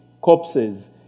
corpses